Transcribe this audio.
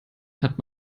hat